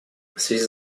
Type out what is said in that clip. связи